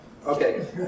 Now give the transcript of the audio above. Okay